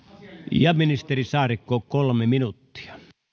ministeri saarikko kolme minuuttia